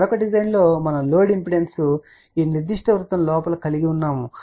మరొక డిజైన్ లో మనము లోడ్ ఇంపిడెన్స్ ఈనిర్దిష్ట వృత్తం లోపల కలిగి ఉన్నాము